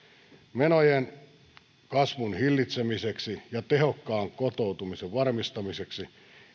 menojen kasvun hillitsemiseksi ja tehokkaan kotoutumisen varmistamiseksi